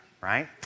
right